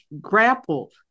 grappled